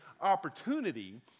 opportunity